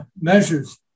measures